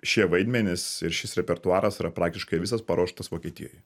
šie vaidmenys ir šis repertuaras yra praktiškai visas paruoštas vokietijoj